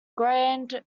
grand